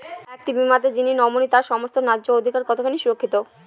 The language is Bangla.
একটি বীমাতে যিনি নমিনি তার সমস্ত ন্যায্য অধিকার কতখানি সুরক্ষিত?